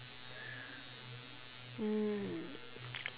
mm